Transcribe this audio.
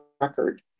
record